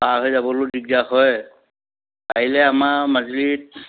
পাৰ হৈ যাবলৈকো দিগদাৰ হয় আহিলে আমাৰ মাজুলীত